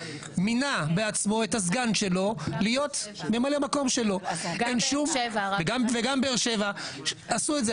מינה בעצמו את הסגן שלו להיות ממלא מקום שלו וגם באר שבע עשו את זה,